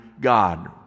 God